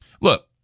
Look